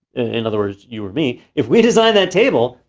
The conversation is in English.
in other words, you or me. if we design that table,